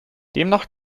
demnach